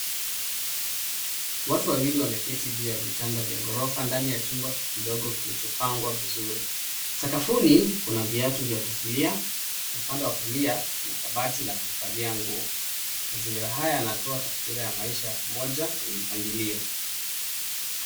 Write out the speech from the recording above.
Watu wawili wameketi juu ya vitanda vya ghorofa ndani ya chumba kidogo kilichopangwa vizuri. Sakafuni kuna viatu vya kufulia na upande wa kulia kuna kabati la kuhifadhia nguo. Mazingira haya yanatoa taswira ya maisha ya pamoja yenye mpangilio.